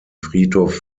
friedhof